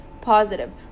positive